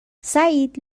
سعید